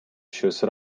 щось